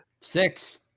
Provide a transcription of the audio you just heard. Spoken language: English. six